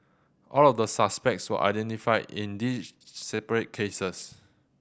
all of the suspects were identified in these separate cases